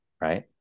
right